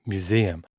Museum